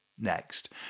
Next